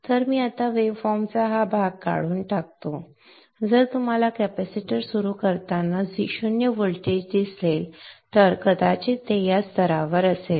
तर आपण आता वेव्ह फॉर्मचा हा भाग काढून टाकतो जर आपल्याला कॅपेसिटर सुरू करताना 0 व्होल्टेज दिसले तर कदाचित ते या स्तरावर असेल